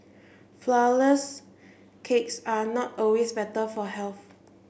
flour less cakes are not always better for health